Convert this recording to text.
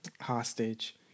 hostage